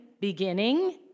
beginning